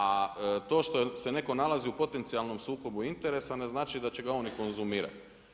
A to što se netko nalazi u potencijalnom sukobu interesa ne znači da će ga on i konzumirati.